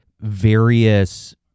various